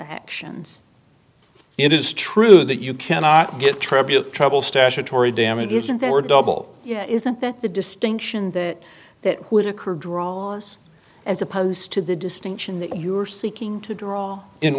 actions it is true that you cannot get tribute trouble statutory damages and there were double yeah isn't that the distinction that that would occur draws as opposed to the distinction that you are seeking to draw in